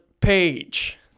page